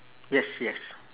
yes yes